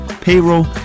payroll